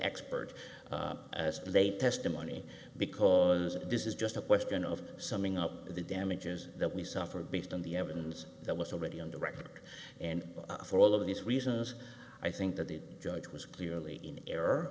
expert as they testimony because this is just a question of summing up the damages that we suffered based on the evidence that was already on the record and for all of these reasons i think that the judge was clearly in error